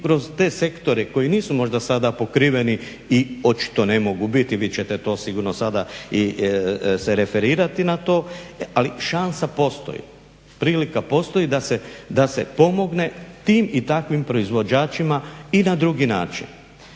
i kroz te sektore koji nisu možda sada pokriveni i očito ne mogu biti i vi ćete to sigurno sada se referirati na to ali šansa postoji, prilika postoji da se pomogne tim i takvim proizvođačima i na drugi način.